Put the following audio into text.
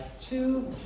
two